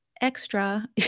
extra